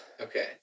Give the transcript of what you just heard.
Okay